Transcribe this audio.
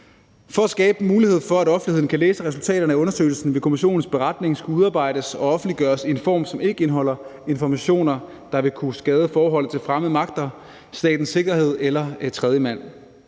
For at skabe mulighed for, at offentligheden kan læse resultaterne af undersøgelsen, vil kommissionens beretning skulle udarbejdes og offentliggøres i en form, som ikke indeholder informationer, der vil kunne skade forholdet til fremmede magter, statens sikkerhed eller tredjemand.